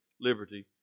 liberty